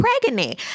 pregnant